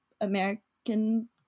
American